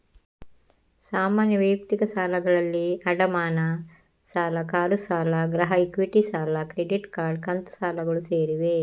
ಸಾಮಾನ್ಯ ವೈಯಕ್ತಿಕ ಸಾಲಗಳಲ್ಲಿ ಅಡಮಾನ ಸಾಲ, ಕಾರು ಸಾಲ, ಗೃಹ ಇಕ್ವಿಟಿ ಸಾಲ, ಕ್ರೆಡಿಟ್ ಕಾರ್ಡ್, ಕಂತು ಸಾಲಗಳು ಸೇರಿವೆ